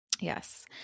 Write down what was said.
Yes